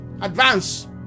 advance